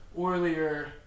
earlier